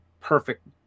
perfect